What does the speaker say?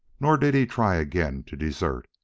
nor did he try again to desert.